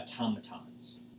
automatons